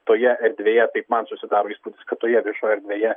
toje erdvėje taip man susidaro įspūdis kad toje viešoj erdvėje